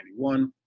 1991